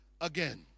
again